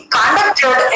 conducted